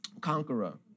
conqueror